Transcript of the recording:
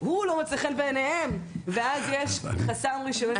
הוא לא מוצא חן בעיניהם, ואז יש חסם ראשוני.